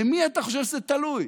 במי אתה חושב שזה תלוי?